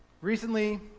Recently